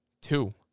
Two